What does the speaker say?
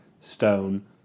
stone